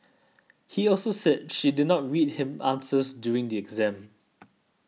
he also said she did not read him answers during the exams